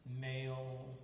male